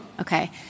Okay